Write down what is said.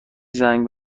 زنگ